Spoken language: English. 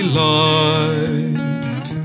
light